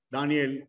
Daniel